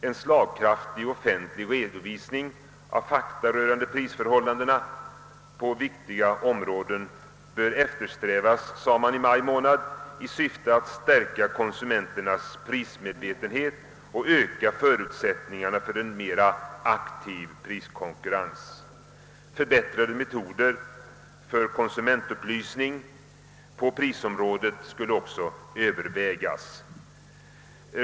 »En slagkraftig offentlig redovisning av fakta rörande prisförhållandena på viktiga områden bör eftersträvas», sade man i maj månad, »i syfte att stärka konsumenternas prismedvetenhet och öka förutsättningarna för en mera aktiv priskonkurrens.» Förbättrade metoder för konsumentupplysning på prisområdet skulle också övervägas.